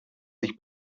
sich